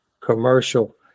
commercial